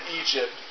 Egypt